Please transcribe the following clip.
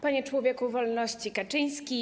Panie Człowieku Wolności Kaczyński!